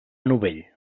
novell